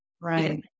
right